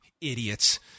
idiots